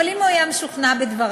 אבל אם הוא היה משוכנע בדבריו,